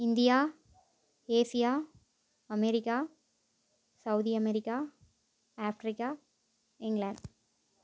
India Asia America Saudi America Africa England